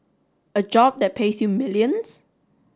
a job that pays you millions